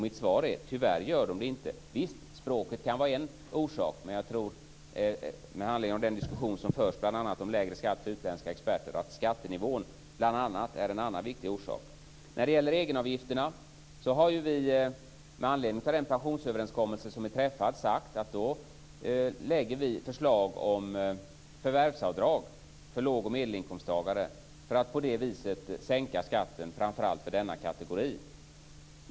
Mitt svar är: Tyvärr gör de inte det. Språket kan vara en orsak. Men jag tror, med anledning av den diskussion som förs bl.a. om lägre skatt för utländska experter, att skattenivån är en annan viktig orsak. När det gäller egenavgifterna har vi med anledning av den pensionsöverenskommelse som är träffad sagt att vi lägger fram förslag om förvärvsavdrag för låg och medelinkomsttagare. På det viset sänks skatten framför allt för denna kategori.